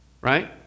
right